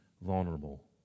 vulnerable